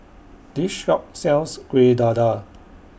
This Shop sells Kueh Dadar